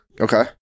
Okay